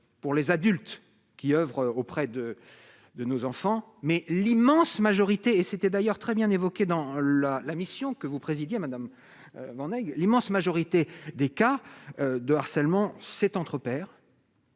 pour les adultes qui oeuvrent auprès de de nos enfants, mais l'immense majorité et c'était d'ailleurs très bien dans la la mission que vous présidiez madame l'immense majorité des cas de harcèlement c'est entre pairs.